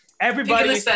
everybody-